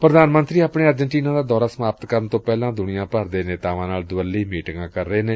ਪ੍ਧਾਨ ਮੰਤਰੀ ਨਰੇਂਦਰ ਮੋਦੀ ਆਪਣੇ ਅਰਜਨਟੀਨਾ ਦਾ ਦੌਰਾ ਸਮਾਪਤ ਕਰਨ ਤੋਂ ਪਹਿਲਾਂ ਦੁਨੀਆਂ ਭਰ ਦੇ ਨੇਤਾਵਾਂ ਨਾਲ ਦੁਵੱਲੀ ਮੀਟਿੰਗਾਂ ਕਰ ਰਹੇ ਨੇ